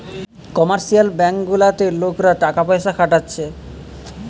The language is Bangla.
কমার্শিয়াল ব্যাঙ্ক গুলাতে লোকরা টাকা পয়সা খাটাচ্ছে